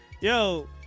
Yo